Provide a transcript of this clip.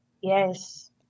Yes